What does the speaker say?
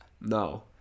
no